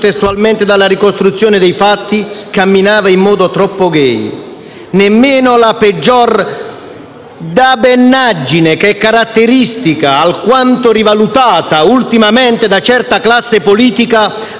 dalla ricostruzione dei fatti - camminava in modo troppo *gay*. Nemmeno la peggiore dabbenaggine, che è caratteristica alquanto rivalutata ultimamente da certa classe politica,